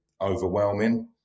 overwhelming